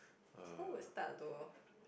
who would start to